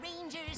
Rangers